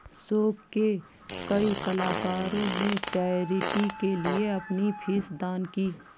show के कई कलाकारों ने चैरिटी के लिए अपनी फीस दान की